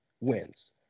wins